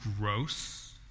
gross